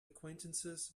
acquaintances